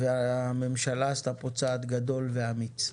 והממשלה עשתה פה צעד גדול ואמיץ.